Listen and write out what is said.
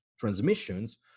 transmissions